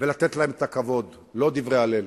ולתת להם כבוד, לא דברי הלל.